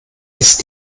ist